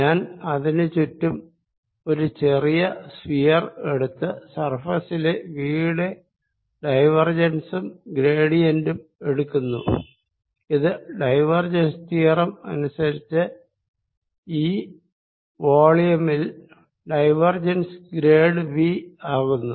ഞാൻ അതിനു ചുറ്റും ചെറിയ ഒരു സ്ഫിയർ എടുത്ത് സർഫേസിലെ V യുടെ ഡൈവേർജെൻസ് ഉം ഗ്രേഡിയന്റും എടുക്കുന്നു ഇത് ഡൈവേർജെൻസ് തിയറം അനുസരിച്ച് ഈ വോളിയം ൽ ഡൈവേർജെൻസ് ഗ്രേഡ് V ആകുന്നു